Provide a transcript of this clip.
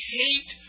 hate